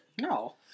No